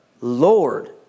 Lord